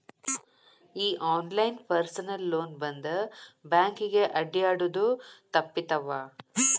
ಈ online personal loan ಬಂದ್ ಬ್ಯಾಂಕಿಗೆ ಅಡ್ಡ್ಯಾಡುದ ತಪ್ಪಿತವ್ವಾ